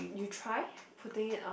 you try putting it on